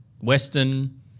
Western